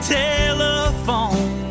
telephone